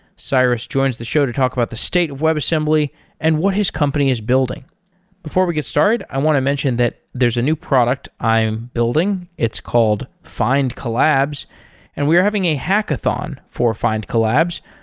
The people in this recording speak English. syrus joins the show to talk about the state of webassembly and what his company is building before we get started, i want to mention that there's a new product i'm building. it's called find collabs and we are having a hackathon for find collabs.